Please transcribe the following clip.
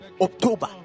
October